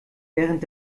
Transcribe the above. während